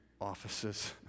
offices